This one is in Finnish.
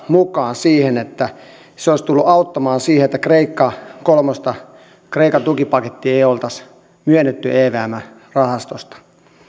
mukaan niin että se olisi tullut auttamaan siihen että kreikka kolmosta kreikan tukipakettia ei oltaisi myönnetty evmn rahastosta